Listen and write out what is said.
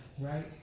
right